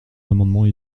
amendements